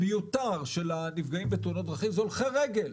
מיותר של הנפגעים בתאונות דרכים זה הולכי רגל,